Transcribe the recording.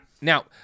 Now